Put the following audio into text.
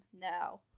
now